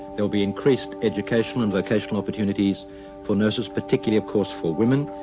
there will be increased educational and vocational opportunities for nurses, particularly of course for women,